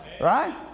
Right